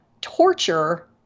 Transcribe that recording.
torture